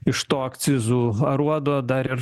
iš to akcizų aruodo dar ir